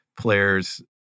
players